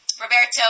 Roberto